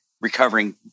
recovering